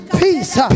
peace